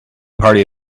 party